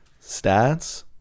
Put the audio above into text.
Stats